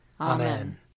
Amen